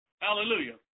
Hallelujah